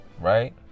Right